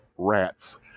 rats